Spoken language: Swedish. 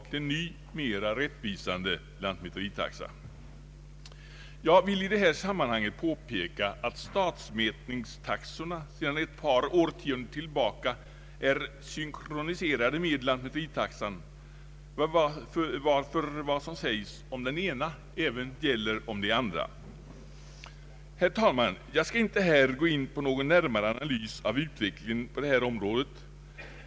I detta motionspar har vi yrkat: Jag vill i detta sammanhang påpeka att stadsmätningstaxorna sedan ett par årtionden är synkroniserade med lantmäteritaxan, varför det som sägs om den ena även gäller för den andra. Herr talman! Jag skall inte här gå in på någon närmare analys av utvecklingen på detta område.